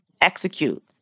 execute